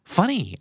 Funny